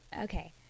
Okay